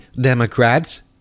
Democrats